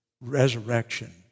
resurrection